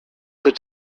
put